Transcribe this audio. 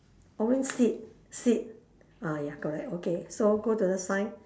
orange seat seat ah ya correct okay so go to the science